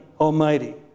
Almighty